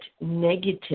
negative